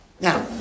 now